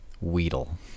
Weedle